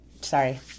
sorry